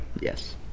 Yes